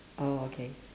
oh okay